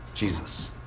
Jesus